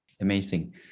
Amazing